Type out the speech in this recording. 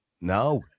No